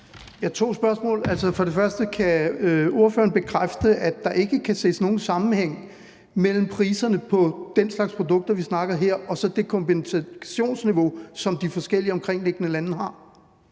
to spørgsmål. For det første: Kan ordføreren bekræfte, at der ikke kan ses nogen sammenhæng mellem priserne på den slags produkter, vi snakker om her, og så det kompensationsniveau, som de forskellige omkringliggende lande har?